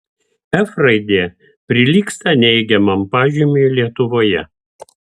f raidė prilygsta neigiamam pažymiui lietuvoje